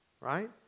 Right